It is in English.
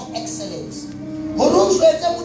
excellence